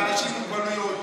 על אנשים עם מוגבלויות,